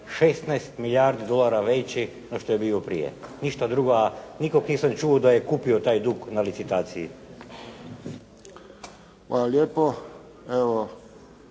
16 milijardi dolara veći no što je bio prije. Ništa drugo, a nikog nisam čuo da je kupio taj dug na licitaciji. **Friščić,